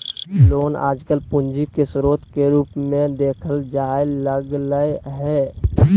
loan आजकल पूंजी के स्रोत के रूप मे देखल जाय लगलय हें